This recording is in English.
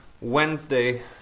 Wednesday